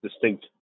distinct